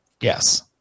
Yes